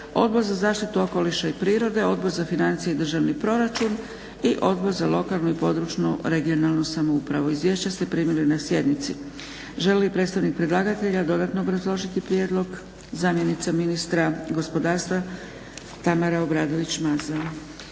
Odbor za zaštitu okoliša i prirode, Odbor za financije i državni proračun i Odbor za lokalnu i područnu (regionalnu) samoupravu. Izvješća ste primili na sjednici. Želi i predstavnik predlagatelja dodatno obrazložiti prijedlog? Zamjenica ministra gospodarstva Tamara Obradović Mazal.